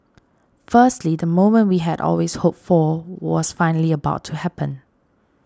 firstly the moment we had always hoped for was finally about to happen